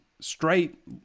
straight